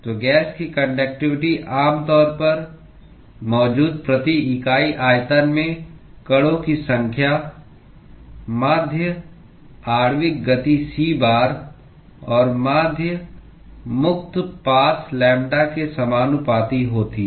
तो गैस की कान्डक्टिवटी आम तौर पर मौजूद प्रति इकाई आयतन में कणों की संख्या माध्य आणविक गति c बार और माध्य मुक्त पाथ लैम्ब्डा के समानुपाती होती है